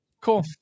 Cool